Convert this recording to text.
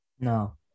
No